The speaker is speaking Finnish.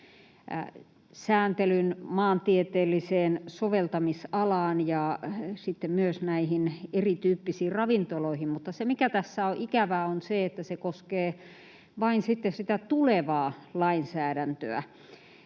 sääntelyn maantieteelliseen soveltamisalaan ja sitten myös näihin erityyppisiin ravintoloihin. Mutta mikä tässä on ikävää, on se, että se koskee vain sitä tulevaa lainsäädäntöä.